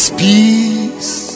peace